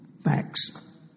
facts